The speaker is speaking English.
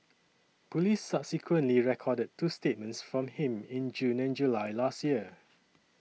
police subsequently recorded two statements from him in June and July last year